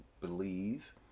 believe